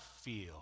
feel